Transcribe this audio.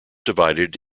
divided